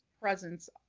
presence